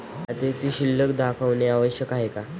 खात्यातील शिल्लक दाखवणे आवश्यक आहे का?